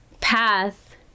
path